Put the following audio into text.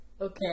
okay